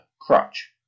crutch